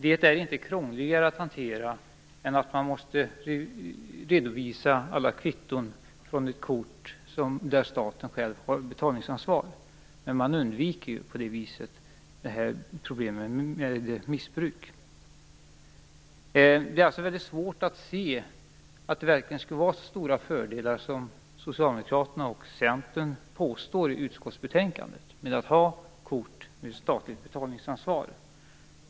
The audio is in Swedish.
Det är inte krångligare att hantera än att man måste redovisa alla kvitton från ett kort där staten själv har betalningsansvaret, men på det viset undviker man problemen med missbruk. Det är alltså väldigt svårt att se att det verkligen skulle vara så stora fördelar med att ha kort med statligt betalningsansvar som Socialdemokraterna och Centern påstår i utskottsbetänkandet.